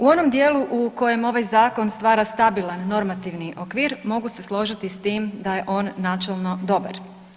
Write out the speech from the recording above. U onom dijelu u kojem ovaj zakon stvara stabilan normativni okvir mogu se složiti s tim da je on načelno dobar.